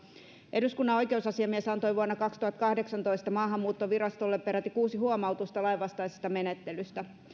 eduskunnan oikeusasiamies antoi vuonna kaksituhattakahdeksantoista maahanmuuttovirastolle peräti kuusi huomautusta lainvastaisesta menettelystä